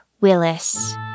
Willis